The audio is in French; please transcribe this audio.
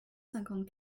cinquante